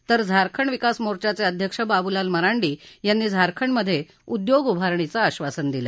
तर झारखंड विकास मोर्चाचे अध्यक्ष बाबुलाल मरांडी यांनी झारखंडमधे उद्योग उभारणीचं आश्वासन दिलं